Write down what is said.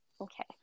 Okay